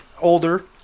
Older